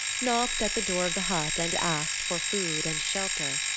knocked at the door of the hut and asked for food and shelter.